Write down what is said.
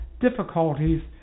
difficulties